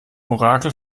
orakel